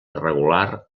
irregular